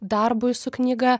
darbui su knyga